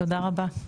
תודה רבה.